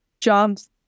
jobs